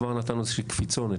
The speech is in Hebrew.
כבר נתנו לא קפיצה,